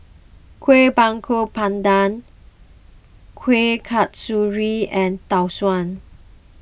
Kueh Bakar Pandan Kuih Kasturi and Tau Suan